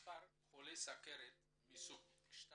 מספר חולי סוכרת מסוג 2